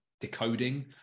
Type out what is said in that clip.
decoding